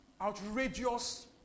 outrageous